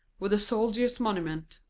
with the soldiers' monument,